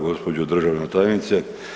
Gospođo državna tajnice.